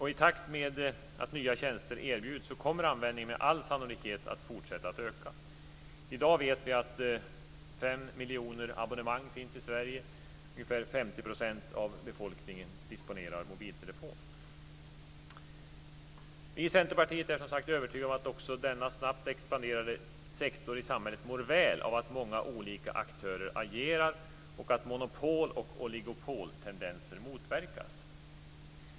I takt med att nya tjänster erbjuds kommer användningen med all sannolikhet att fortsätta att öka. I dag vet vi att det finns 5 miljoner abonnemang i Sverige. Ungefär Vi i Centerpartiet är, som sagt, övertygade om att också denna snabbt expanderande sektor i samhället mår väl av att många olika aktörer agerar och att monopol och oligopoltendenser motverkas.